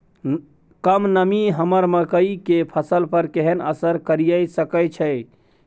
कम नमी हमर मकई के फसल पर केहन असर करिये सकै छै?